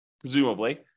presumably